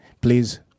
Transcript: please